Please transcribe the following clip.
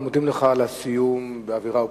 אנחנו מודים לך על הסיום באווירה אופטימית.